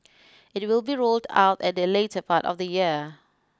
it will be rolled out at the later part of the year